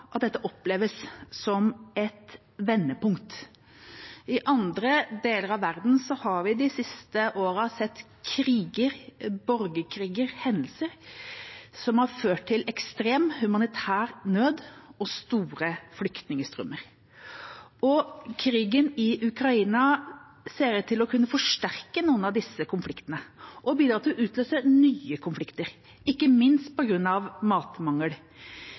at dette oppleves som et vendepunkt. I andre deler av verden har vi de siste årene sett kriger, borgerkriger og hendelser som har ført til ekstrem humanitær nød og store flyktningstrømmer. Krigen i Ukraina ser ut til å kunne forsterke noen av disse konfliktene og bidra til å utløse nye konflikter – ikke minst på grunn av matmangel.